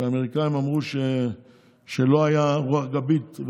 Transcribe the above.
האמריקאים אמרו שלא הייתה רוח גבית.